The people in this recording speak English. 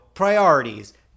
Priorities